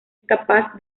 capaz